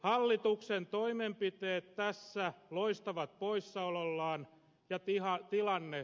hallituksen toimenpiteet tässä loistavat poissaolollaan ja tilanne pahenee